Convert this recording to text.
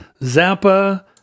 Zappa